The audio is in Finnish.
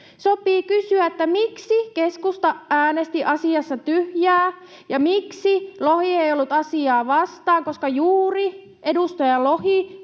Sopii kysyä, miksi keskusta äänesti asiassa tyhjää ja miksi Lohi ei ollut asiaa vastaan, koska juuri edustaja Lohi